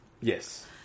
Yes